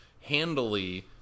handily